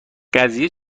قضیه